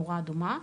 נורה אדומה.